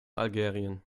algerien